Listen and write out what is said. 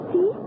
See